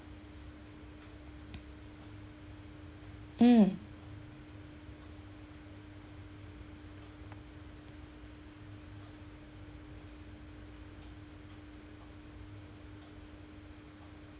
mm